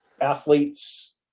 athletes